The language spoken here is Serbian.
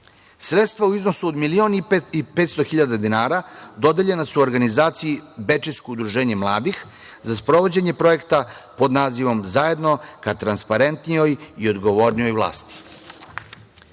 vlasti. Sredstva u iznosu od 1.500.000 dinara dodeljena su organizaciji Bečejsko udruženje mladih za sprovođenje projekta pod nazivom "Zajedno ka transparentnijoj i odgovornijoj